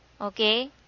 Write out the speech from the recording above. Okay